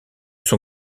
son